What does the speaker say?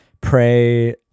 pray